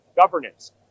governance